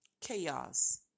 chaos